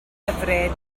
hyfryd